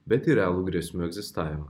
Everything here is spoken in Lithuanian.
bet ir realų grėsmių egzistavimą